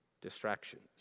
Distractions